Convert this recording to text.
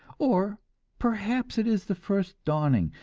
or perhaps it is the first dawning,